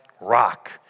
rock